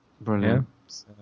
brilliant